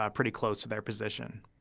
ah pretty close to their position